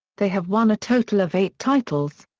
they have won a total of eight titles.